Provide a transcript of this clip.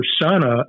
persona